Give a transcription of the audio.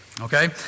Okay